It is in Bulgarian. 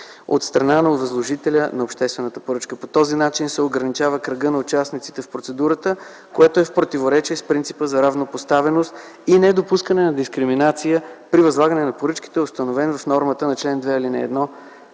от страна на възложителя на обществената поръчка. По този начин се ограничава кръгът на участниците в процедурата, което е в противоречие с принципа за равнопоставеност и недопускане на дискриминация при възлагане на поръчките, установено с нормата на чл. 2, ал. 1, т.